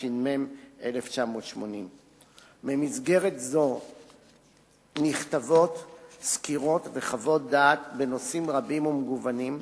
התש"ם 1980. במסגרת זו נכתבות סקירות וחוות דעת בנושאים רבים ומגוונים,